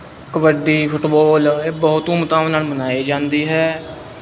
kabaddi football ਇਹ ਬਹੁਤ ਧੂਮ ਧਾਮ ਨਾਲ ਮਨਾਈ ਜਾਂਦੀ ਹੈ